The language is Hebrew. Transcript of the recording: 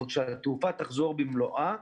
אבל כשהתעופה תחזור במלואה,